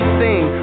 sing